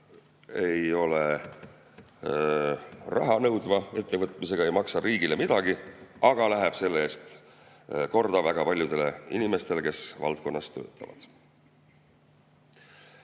ei ole raha nõudva ettevõtmisega, see ei maksa riigile midagi, aga läheb selle eest korda väga paljudele inimestele, kes valdkonnas töötavad.